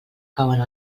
cauen